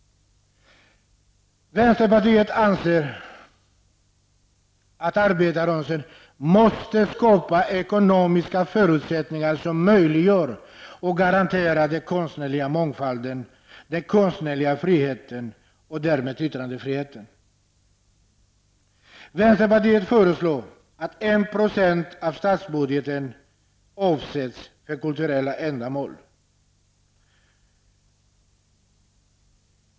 Vänsterpartiet anser att arbetarrörelsen måste skapa ekonomiska förutsättningar som möjliggör och garanterar den konstnärliga mångfalden, den konstnärliga friheten och därmed yttrandefriheten. Vänsterpartiet föreslår att 1 % av statsbudgeten avsätts för kulturella ändamål.